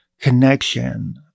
connection